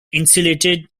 insulated